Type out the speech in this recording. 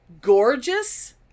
gorgeous